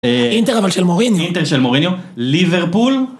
אינטר אבל של מוריניו. אינטר של מוריניו, ליברפול,